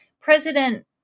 President